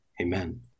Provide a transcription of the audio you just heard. Amen